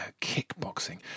kickboxing